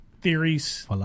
theories